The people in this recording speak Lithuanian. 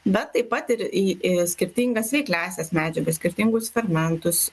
bet taip pat ir į į skirtingas veikliąsias medžiagas skirtingus fragmentus